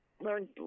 learn